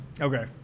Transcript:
Okay